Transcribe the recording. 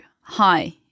hi